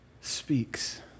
speaks